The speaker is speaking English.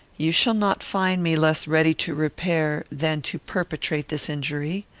you shall not find me less ready to repair, than to perpetrate, this injury.